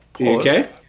okay